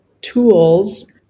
tools